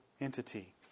entity